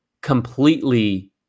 completely